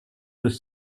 deux